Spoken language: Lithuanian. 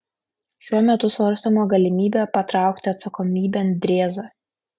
šiuo metu svarstoma galimybė patraukti atsakomybėn drėzą